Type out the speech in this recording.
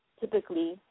typically